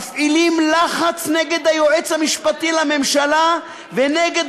מפעילים לחץ נגד היועץ המשפטי לממשלה ונגד